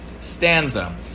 stanza